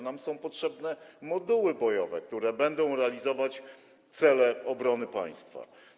Nam są potrzebne moduły bojowe, które będą realizować cele obronne państwa.